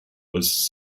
was